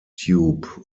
tube